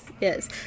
yes